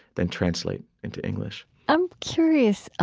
then translate into english i'm curious.